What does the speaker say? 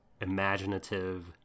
imaginative